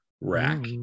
rack